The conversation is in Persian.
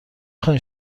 خاین